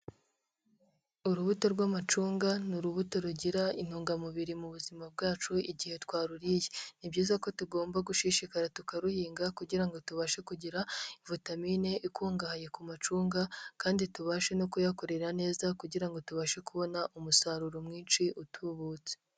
Urubuto rw'amacunga ni urubuto rugira intungamubiri mu buzima bwacu igihe twaruriye, ni byiza ko tugomba gushishikara tukaruhinga kugira ngo tubashe kugira vitamine ikungahaye ku macunga, kandi tubashe no kuyakoresha neza kugirango tubashe kubona umusaruro mwinshi utubutse.